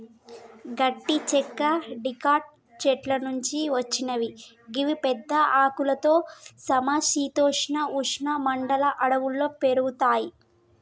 గట్టి చెక్క డికాట్ చెట్ల నుంచి వచ్చినవి గివి పెద్ద ఆకులతో సమ శీతోష్ణ ఉష్ణ మండల అడవుల్లో పెరుగుతయి